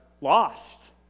lost